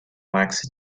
lacks